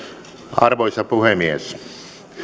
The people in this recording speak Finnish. arvoisa puhemies